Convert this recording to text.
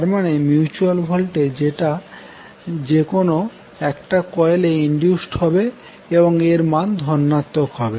তারমানে mutual voltage যেটা যেকোনো একটা কোয়েলে ইনডিউসড হবে এবং এর মান ধনাত্মক হবে